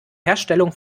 herstellung